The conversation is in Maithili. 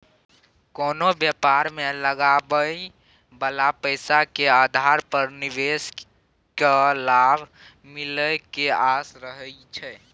कोनो व्यापार मे लगाबइ बला पैसा के आधार पर निवेशक केँ लाभ मिले के आस रहइ छै